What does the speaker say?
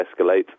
escalate